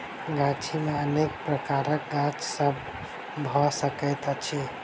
गाछी मे अनेक प्रकारक गाछ सभ भ सकैत अछि